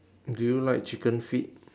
do you like chicken feet